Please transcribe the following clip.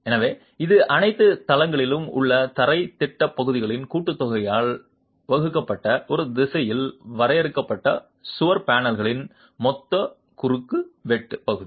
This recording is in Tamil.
எனவே இது அனைத்து தளங்களிலும் உள்ள தரைத் திட்டப் பகுதிகளின் கூட்டுத்தொகையால் வகுக்கப்பட்ட ஒரு திசையில் வரையறுக்கப்பட்ட சுவர் பேனல்களின் மொத்த குறுக்கு வெட்டு பகுதி